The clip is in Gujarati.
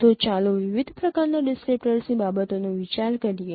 તો ચાલો વિવિધ પ્રકારના ડિસ્ક્રીપ્ટર્સની બાબતોનો વિચાર કરીએ